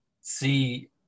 see